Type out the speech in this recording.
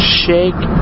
shake